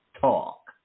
talk